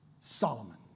Solomon